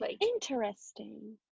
Interesting